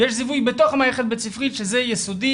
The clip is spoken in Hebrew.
ויש זיהוי בתוך המערכת הבית-ספרית שזה יסודי,